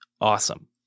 awesome